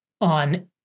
on